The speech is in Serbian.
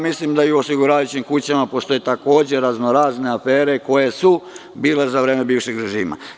Mislim da i u osiguravajućim kućama postoje takođe razno razne afere koje su bile za vreme bivšeg režima.